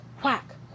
quack